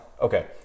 okay